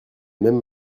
même